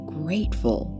grateful